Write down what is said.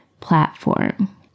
platform